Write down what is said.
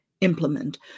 implement